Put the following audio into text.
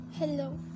Hello